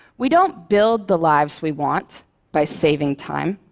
we don't build the lives we want by saving time.